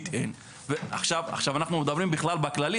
כי